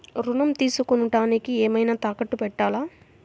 ఋణం తీసుకొనుటానికి ఏమైనా తాకట్టు పెట్టాలా?